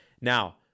Now